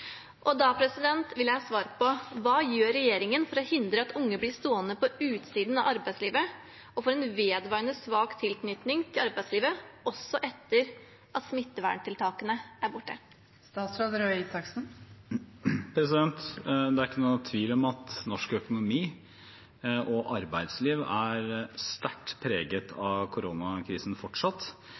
Hva gjør regjeringen for å hindre at unge blir stående utenfor arbeidslivet og får en vedvarende svak tilknytning til arbeidslivet også etter at smitteverntiltakene er borte?» Det er ikke noen tvil om at norsk økonomi og arbeidsliv fortsatt er sterkt preget av koronakrisen.